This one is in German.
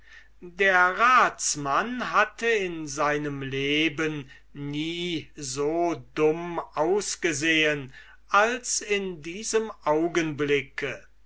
der ratmann hatte in seinem leben nie so dumm ausgesehen als in diesem augenblick